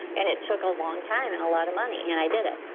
and it took a long time and a lot of money and i did it.